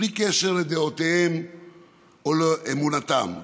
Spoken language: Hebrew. בלי קשר לדעותיהם או לאמונתם.